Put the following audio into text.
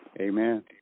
Amen